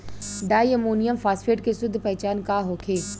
Di ammonium phosphate के शुद्ध पहचान का होखे?